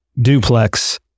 duplex